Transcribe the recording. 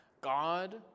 God